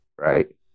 right